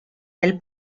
del